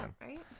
right